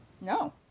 No